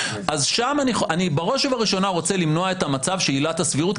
שם אני בראש ובראשונה רוצה למנוע את המצב של עילת הסבירות,